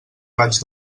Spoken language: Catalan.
raig